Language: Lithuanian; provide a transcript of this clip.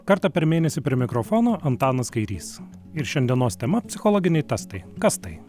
kartą per mėnesį prie mikrofono antanas kairys ir šiandienos tema psichologiniai testai kas tai